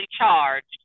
charged